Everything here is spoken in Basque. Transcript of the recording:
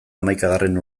hamaikagarren